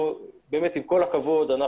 עם כל הכבוד,